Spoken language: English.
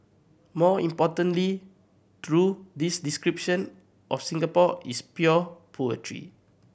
more importantly through this description of Singapore is pure poetry